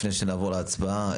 לפני שנעבור להצבעה,